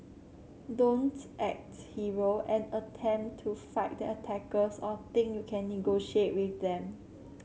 don't acts hero and attempt to fight the attackers or think you can negotiate with them